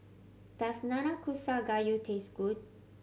does Nanakusa Gayu taste good